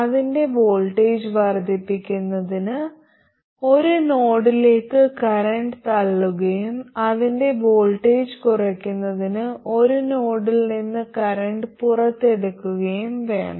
അതിന്റെ വോൾട്ടേജ് വർദ്ധിപ്പിക്കുന്നതിന് ഒരു നോഡിലേക്ക് കറന്റ് തള്ളുകയും അതിന്റെ വോൾട്ടേജ് കുറയ്ക്കുന്നതിന് ഒരു നോഡിൽ നിന്ന് കറന്റ് പുറത്തെടുക്കുകയും വേണം